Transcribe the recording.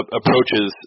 approaches